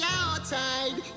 outside